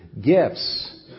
gifts